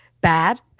bad